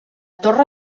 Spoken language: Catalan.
torre